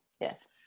yes